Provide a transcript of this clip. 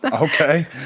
Okay